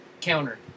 counter